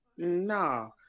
No